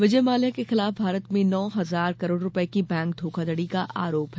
विजय माल्या के खिलाफ भारत में नौ हजार करोड़ रुपये की बैंक धोखाधड़ी का आरोप है